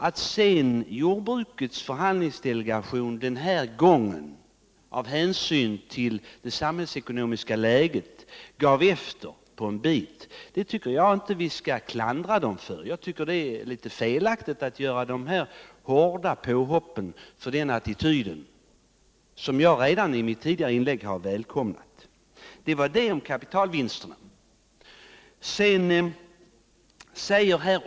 Att sedan jordbrukets förhandlingsdelegation denna gång av hänsyn till det samhällsekonomiska läget gav efter på en bit, tycker jag inte att vi skall klandra. Jag tycker att det är felaktigt att göra de här hårda påhoppen just för den attityden, som jag i mitt tidigare inlägg välkomnade. Detta om kapitalvinsterna.